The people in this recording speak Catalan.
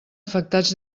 afectats